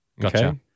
Gotcha